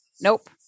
Nope